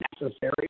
necessary